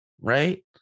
right